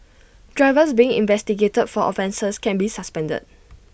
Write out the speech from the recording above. drivers being investigated for offences can be suspended